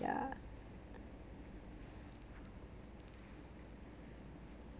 ya